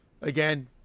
Again